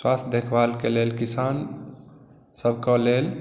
स्वास्थ्य देखभाल के लेल किसान सबके लेल